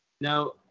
Now